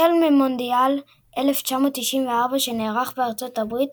החל ממונדיאל 1994, שנערך בארצות הברית,